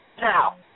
Now